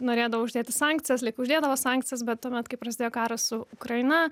norėdavo uždėti sankcijas lyg uždėdavo sankcijas bet tuomet kai prasidėjo karas su ukraina